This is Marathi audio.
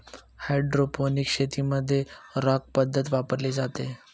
हायड्रोपोनिक्स शेतीमध्ये रॉक पद्धत वापरली जाते